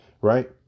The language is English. right